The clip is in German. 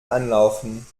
anlaufen